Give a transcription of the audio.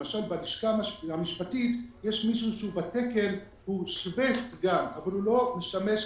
למשל בלשכה המשפטית יש מישהו שבתקן הוא שווה סגן אבל הוא לא משמש כסגן.